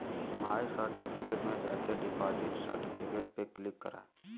माय certificate में जाके deposit certificate पे क्लिक करा